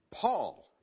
Paul